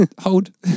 Hold